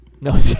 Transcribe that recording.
no